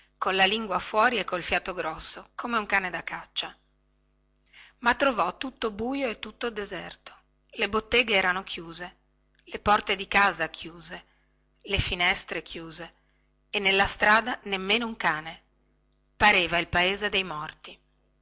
paese colla lingua fuori e col fiato grosso come un cane da caccia ma trovò tutto buio e tutto deserto le botteghe erano chiuse le porte di casa chiuse le finestre chiuse e nella strada nemmeno un cane pareva il paese dei morti